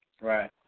Right